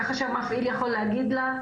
ככה שהמפעיל יכול להגיד לה,